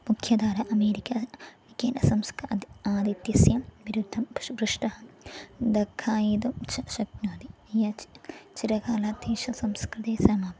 मुख्यधारा अमेरिका एकेन संस्कारात् आदित्यस्य विरुद्धं पुश् पृष्ठं दाक्खायितुं च शक्नोति यत् चिरकालात् तेषु संस्कृतिः समाप्तम्